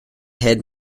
head